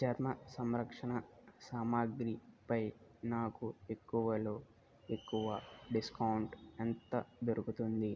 చర్మ సంరక్షణ సామాగ్రి పై నాకు ఎక్కువలో ఎక్కువ డిస్కౌంట్ ఎంత దొరుకుతుంది